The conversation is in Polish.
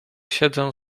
siedzę